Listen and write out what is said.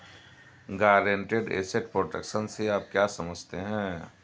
Guaranteed asset protection से आप क्या समझते हैं?